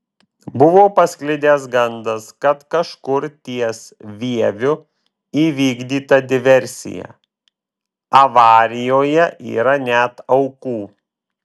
buvo pasklidęs gandas kad kažkur ties vieviu įvykdyta diversija avarijoje yra net aukų